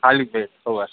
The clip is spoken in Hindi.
खाली पेट सुबह